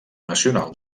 nacional